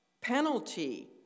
penalty